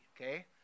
okay